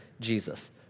Jesus